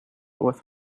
with